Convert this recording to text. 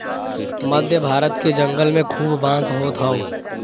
मध्य भारत के जंगल में खूब बांस होत हौ